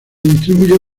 distribuye